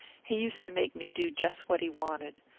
he used to make me do just what he wanted.